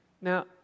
Now